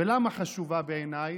ולמה חשובה בעיניי?